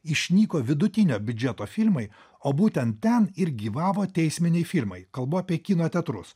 išnyko vidutinio biudžeto filmai o būtent ten ir gyvavo teisminiai filmai kalbu apie kino teatrus